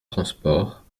transports